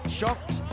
shocked